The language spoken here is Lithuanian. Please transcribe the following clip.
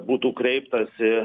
būtų kreiptasi